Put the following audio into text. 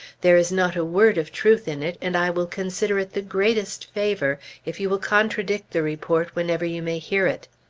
there is not a word of truth in it, and i will consider it the greatest favor if you will contradict the report whenever you may hear it!